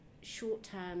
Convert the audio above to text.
short-term